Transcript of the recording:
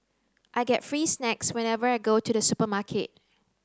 I get free snacks whenever I go to the supermarket